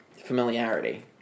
familiarity